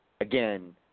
again